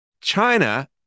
China